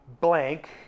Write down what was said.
blank